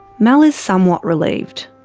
mel is somewhat relieved.